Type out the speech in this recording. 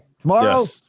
Tomorrow